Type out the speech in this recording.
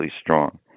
strong